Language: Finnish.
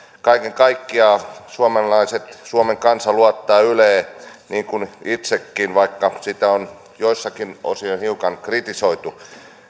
kaiken kaikkiaan suomalaiset suomen kansa luottaa yleen niin kuin itsekin vaikka sitä on joissakin osin jo hiukan kritisoitu